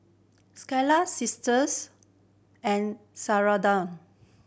Skylar Sisters and Sharonda